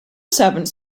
servants